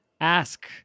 ask